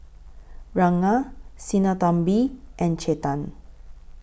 Ranga Sinnathamby and Chetan